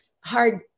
hard